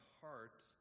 heart